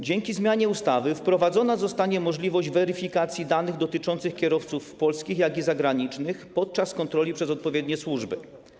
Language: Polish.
Dzięki zmianie ustawy wprowadzona zostanie możliwość weryfikacji danych dotyczących kierowców polskich, jak i zagranicznych podczas kontroli przez odpowiednie służby.